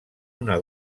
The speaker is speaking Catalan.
una